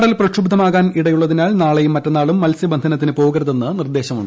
കടൽ പ്രക്ഷുബ്ധമാകാനിടയുള്ളതിനാൽ നാളെയും മറ്റന്നാളും മത്സ്യബന്ധനത്തിനു പോകരുതെന്ന് നിർദ്ദേശമുണ്ട്